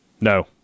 no